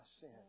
sin